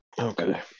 Okay